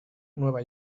nueva